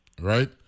right